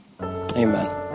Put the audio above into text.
Amen